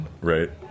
right